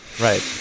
right